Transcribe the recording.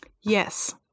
Yes